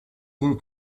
you